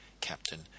captain